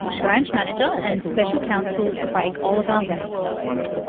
branch manager and special counsel craig oliver um meets us.